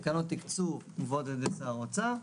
תקנות תקצוב נקבעות על ידי שר האוצר,